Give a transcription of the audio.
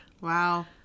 Wow